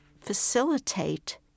facilitate